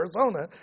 Arizona